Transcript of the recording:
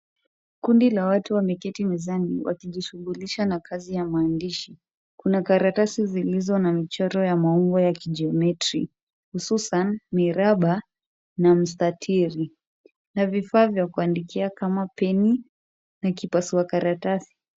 Kundi la watu wameketi mezani wakijishughulisha na kazi ya maandishi. Kuna karatasi zilizo na michoro ya maumbo ya kijiometri , hususan, miraba na mistatili na vifaa vya kuandikia kama peni na kipasua karatasi.